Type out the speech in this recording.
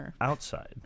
outside